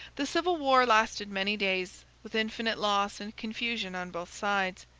the civil war lasted many days, with infinite loss and confusion on both sides.